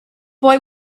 boy